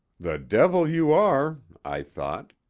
the devil you are! i thought.